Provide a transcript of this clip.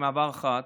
במעבר חד,